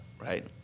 right